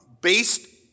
based